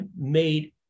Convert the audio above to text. made